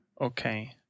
Okay